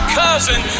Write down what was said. cousin